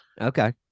Okay